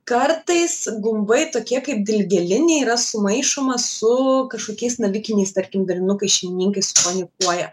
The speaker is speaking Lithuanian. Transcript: kartais gumbai tokie kaip dilgėlinė yra sumaišoma su kažkokiais navikiniais tarkim darinukais šeimininkai supanikuoja